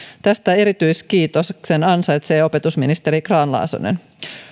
tästä erityiskiitoksen ansaitsee opetusministeri grahn laasonen